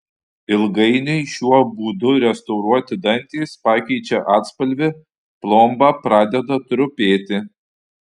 ilgainiui šiuo būdu restauruoti dantys pakeičia atspalvį plomba pradeda trupėti